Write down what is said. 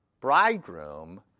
bridegroom